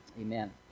Amen